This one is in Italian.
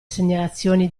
segnalazioni